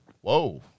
whoa